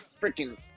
freaking